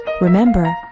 Remember